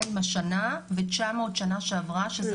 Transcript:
לא,